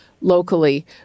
locally